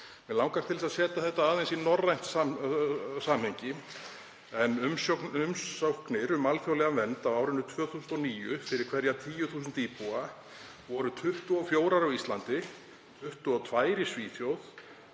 Mig langar til að setja þetta aðeins í norrænt samhengi en umsóknir um alþjóðlega vernd á árinu 2019 fyrir hverja 10.000 íbúa voru 24 á Íslandi, 22 í Svíþjóð,